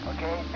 Okay